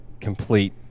complete